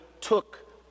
took